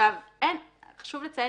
דבר ראשון.